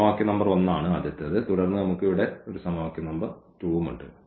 ഇത് സമവാക്യ നമ്പർ 1 ആണ് തുടർന്ന് നമുക്ക് ഇവിടെ ഒരു സമവാക്യ നമ്പർ 2 ഉണ്ട്